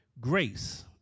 grace